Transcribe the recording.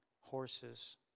horses